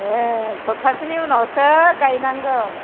ए सब्तासेनि उनावसो गायनांगौ